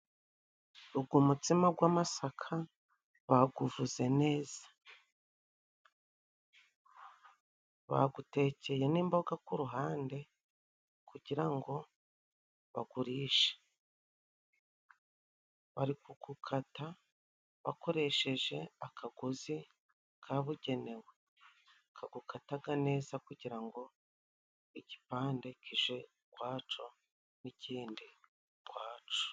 Ugu mutsima gw'amasaka baguvuze neza, bagutekeye n'imboga ku ruhande kugira ngo bagurishe, bari kugukata bakoresheje akagozi kabugenewe kagukataga neza kugira ngo igipande kije ukwaco n'ikindi ukwaco.